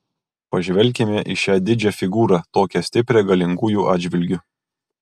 pažvelkime į šią didžią figūrą tokią stiprią galingųjų atžvilgiu